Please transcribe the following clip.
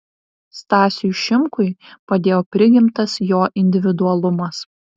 stasiui šimkui padėjo prigimtas jo individualumas